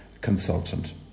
consultant